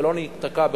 ולא ניתקע בחסמים,